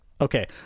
Okay